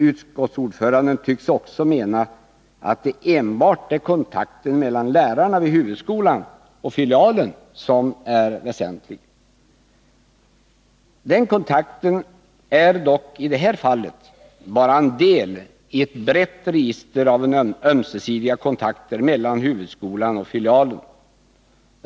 Utskottsordföranden tycks också mena att det enbart är kontakten mellan lärarna vid huvudskolan och filialen som är väsentlig. Den kontakten är dock i det här fallet bara en del av ett brett register av ömsesidiga kontakter mellan huvudskolan och filialen.